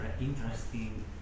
interesting